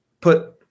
put